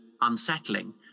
unsettling